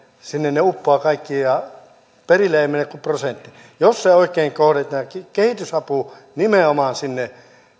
sinne uppoavat kaikki ja perille ei mene kuin prosentti jos sen oikein kohdentaa kehitysapu nimenomaan sinne